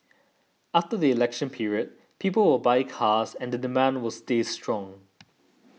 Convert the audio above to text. after the election period people will buy cars and the demand will stay strong